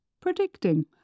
predicting